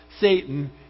Satan